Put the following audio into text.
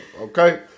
Okay